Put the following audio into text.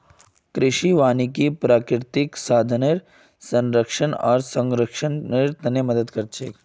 कृषि वानिकी प्राकृतिक संसाधनेर संरक्षण आर संरक्षणत मदद कर छे